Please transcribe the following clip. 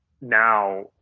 now